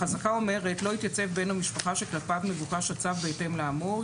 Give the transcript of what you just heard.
החזקה אומרת: "לא התייצב בן המשפחה שכלפיו מבוקש הצו בהתאם לאמור,